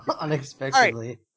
unexpectedly